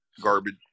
Garbage